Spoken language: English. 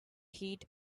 heat